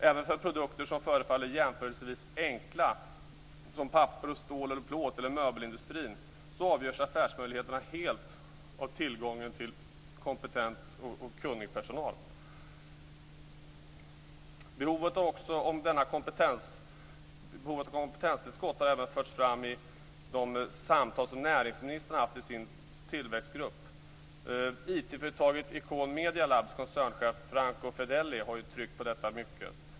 Även för produkter som förefaller jämförelsevis enkla - som papper, stål, plåt eller möbler - avgörs affärsmöjligheterna helt av tillgången till kompetent och kunnig personal. Behovet av kompetenstillskott har även förts fram i de samtal som näringsministern har haft i sin tillväxtgrupp. Koncernchefen för IT-företaget Icon Medialab, Franco Fedeli, har ju tryckt mycket på detta.